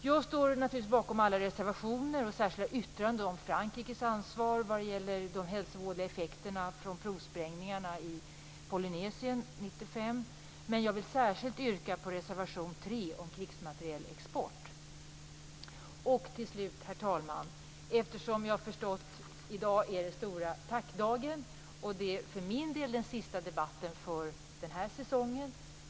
Jag står naturligtvis bakom alla reservationer och särskilda yttranden om Frankrikes ansvar vad gäller de hälsovådliga effekterna från provsprängningarna i Polynesien 1995. Jag vill särskilt yrka bifall till reservation 3 om krigsmaterielexport. Herr talman! Jag har förstått att det är den stora tackdagen i dag. För min del är det den sista debatten för den här säsongen.